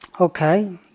Okay